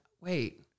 wait